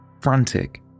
Frantic